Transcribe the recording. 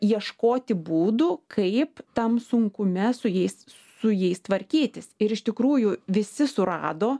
ieškoti būdų kaip tam sunkume su jais su jais tvarkytis ir iš tikrųjų visi surado